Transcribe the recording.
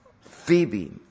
Phoebe